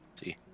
See